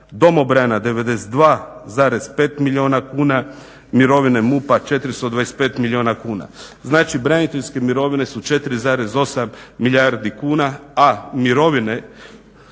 domobrana 92,5 milijuna kuna, mirovine MUP-a 425 milijuna kuna. Znači braniteljske mirovine su 4,8 milijardi kuna, a mirovine